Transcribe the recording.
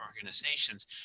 organizations